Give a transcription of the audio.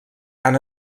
han